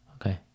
Okay